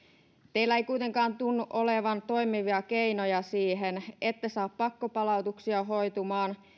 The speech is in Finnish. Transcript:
teillä ei kuitenkaan tunnu olevan toimivia keinoja siihen ette saa pakkopalautuksia hoitumaan